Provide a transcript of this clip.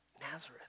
Nazareth